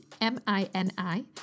M-I-N-I